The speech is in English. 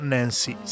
Nancy